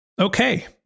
Okay